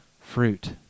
fruit